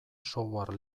software